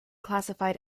classified